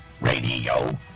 Radio